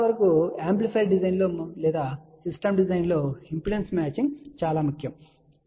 చాలావరకు యాంప్లిఫైయర్ డిజైన్లో లేదా సిస్టమ్ డిజైన్లో ఇంపిడెన్స్ మ్యాచింగ్ చాలా ముఖ్యం అని గుర్తుంచుకోండి